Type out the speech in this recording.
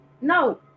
no